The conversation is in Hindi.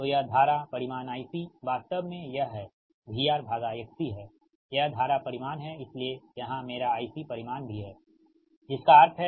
तो यह धारा परिमाण IC वास्तव में यह है VR XC है यह धारा परिमाण है इसलिए यहां मेरा IC परिमाण भी है जिसका अर्थ है